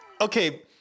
okay